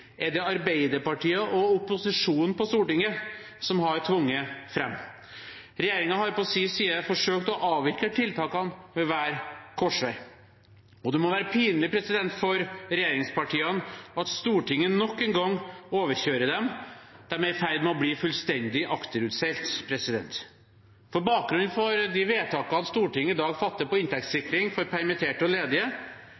er det Arbeiderpartiet og opposisjonen på Stortinget som har tvunget fram. Regjeringen har på sin side forsøkt å avvikle tiltakene ved hver korsvei. Det må være pinlig for regjeringspartiene at Stortinget nok en gang overkjører dem – de er i ferd med å bli fullstendig akterutseilt. Bakgrunnen for de vedtakene Stortinget i dag fatter på